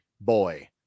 boy